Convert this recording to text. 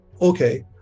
okay